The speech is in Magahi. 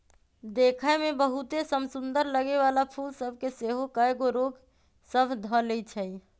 देखय में बहुते समसुन्दर लगे वला फूल सभ के सेहो कएगो रोग सभ ध लेए छइ